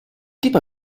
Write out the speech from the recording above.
tipo